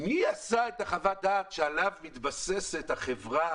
מי עשה את חוות הדעת שעליה מתבססת החברה